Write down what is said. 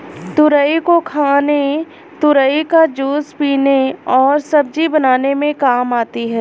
तुरई को खाने तुरई का जूस पीने और सब्जी बनाने में काम आती है